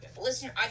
Listen